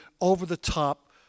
over-the-top